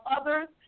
others